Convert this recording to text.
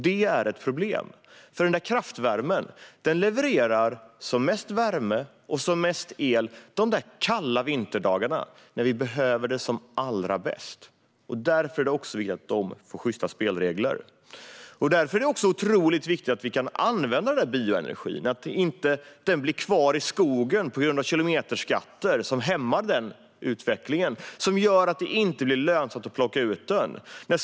Det är ett problem, för kraftvärmen levererar som mest värme och el under kalla vinterdagar, då vi behöver det som allra bäst. Därför är det också viktigt att den får sjysta spelregler. Det är också otroligt viktigt att vi kan använda bioenergin, så att den inte blir kvar i skogen på grund av kilometerskatter som hämmar utvecklingen och som gör att det inte blir lönsamt att utvinna den.